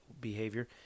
behavior